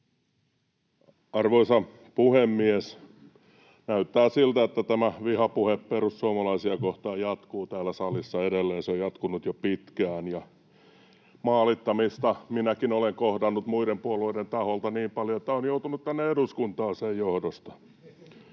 Arvoisa puhemies! Näyttää siltä, että tämä vihapuhe perussuomalaisia kohtaan jatkuu täällä salissa edelleen. Se on jatkunut jo pitkään, [Vasemmalta: Kauheeta!] ja maalittamista minäkin olen kohdannut muiden puolueiden taholta niin paljon, että olen joutunut tänne eduskuntaan sen johdosta.